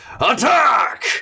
ATTACK